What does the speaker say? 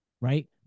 right